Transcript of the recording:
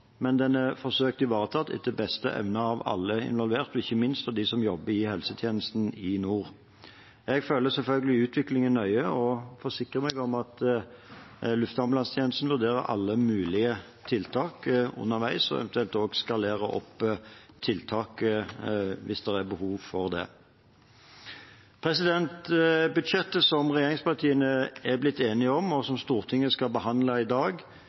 men den er forsøkt ivaretatt etter beste evne av alle involverte, ikke minst av dem som jobber i helsetjenesten i nord. Jeg følger selvfølgelig utviklingen nøye og forsikrer meg om at luftambulansetjenesten vurderer alle mulige tiltak underveis, og eventuelt også skalerer opp tiltak hvis det er behov for det. Budsjettet som regjeringspartiene er blitt enige om, og som Stortinget skal behandle i dag,